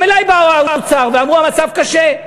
גם אלי באו האוצר ואמרו: המצב קשה.